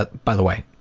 but by the way,